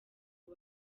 ngo